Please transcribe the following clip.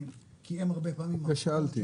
כי הם הרבה פעמים --- את זה שאלתי,